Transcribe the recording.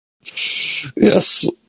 Yes